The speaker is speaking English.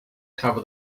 cover